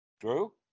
Drew